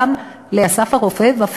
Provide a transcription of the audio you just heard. גם ל"אסף הרופא",